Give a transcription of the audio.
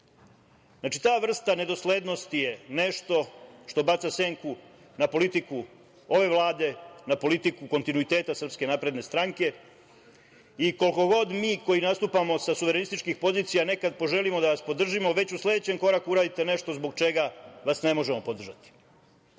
ta vrsta nedoslednosti je nešto što baca senku na politiku ove Vlade, na politiku kontinuiteta SNS i koliko god mi koji nastupamo sa suverenističkih pozicija nekada poželimo da vas podržimo, već u sledećem koraku uradite nešto zbog čega vas ne možemo podržati. Ovih